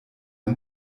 ein